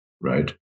right